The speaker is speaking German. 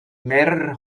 mehrerer